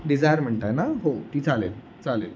Dzire म्हणत आहे ना हो ती चालेल चालेल